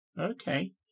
Okay